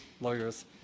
lawyers